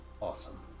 awesome